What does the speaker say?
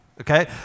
Okay